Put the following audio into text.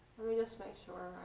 me just make sure.